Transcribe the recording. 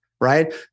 right